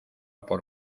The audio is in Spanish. por